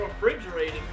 refrigerated